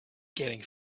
getting